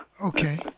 Okay